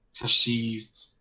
perceived